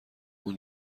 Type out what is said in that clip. اون